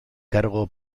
cargo